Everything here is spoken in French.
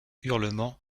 hurlements